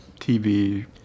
TV